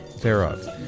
thereof